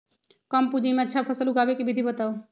कम पूंजी में अच्छा फसल उगाबे के विधि बताउ?